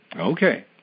Okay